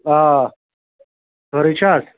آ خٲرٕے چھا